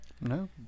No